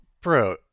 Bro